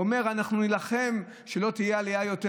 הוא אומר: אנחנו נילחם שלא תהיה עלייה יותר.